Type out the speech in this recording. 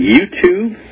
YouTube